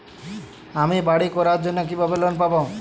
আমি বাড়ি করার জন্য কিভাবে লোন পাব?